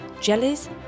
Jellies